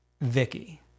Vicky